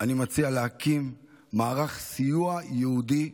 אני מציע להקים מערך סיוע ייעודי,